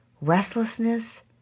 restlessness